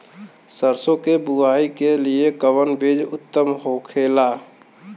सरसो के बुआई के लिए कवन बिज उत्तम होखेला?